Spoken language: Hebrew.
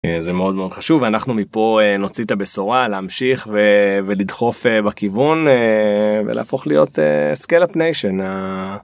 זה מאוד מאוד חשוב אנחנו מפה נוציא את הבשורה להמשיך ולדחוף בכיוון ולהפוך להיות סקייל אפ ניישן